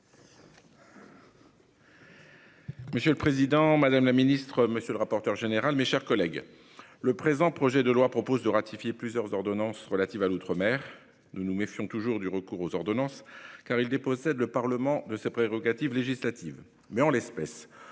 Monsieur le président, madame la ministre, mes chers collègues, le présent projet de loi a pour objet de ratifier plusieurs ordonnances relatives à l'outre-mer. Nous nous méfions toujours du recours aux ordonnances, car il dépossède le Parlement de ses prérogatives législatives. Mais, en l'espèce,